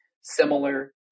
similar